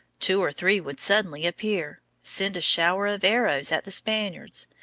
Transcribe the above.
two or three would suddenly appear, send a shower of arrows at the spaniards,